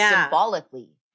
symbolically